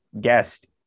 guest